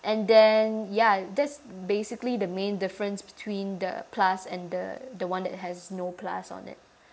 and then ya like that's basically the main difference between the plus and the the one that has no plus on it